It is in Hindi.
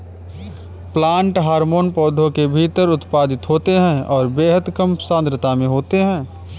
प्लांट हार्मोन पौधों के भीतर उत्पादित होते हैंऔर बेहद कम सांद्रता में होते हैं